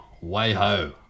Way-ho